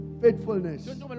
faithfulness